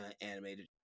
animated